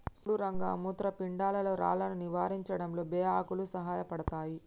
సుడు రంగ మూత్రపిండాల్లో రాళ్లను నివారించడంలో బే ఆకులు సాయపడతాయి